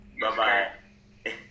Bye-bye